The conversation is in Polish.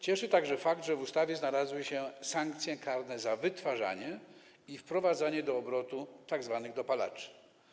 Cieszy także fakt, że w ustawie znalazły się sankcje karne za wytwarzanie i wprowadzanie do obrotu tzw. dopalaczy.